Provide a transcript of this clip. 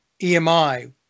EMI